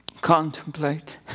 Contemplate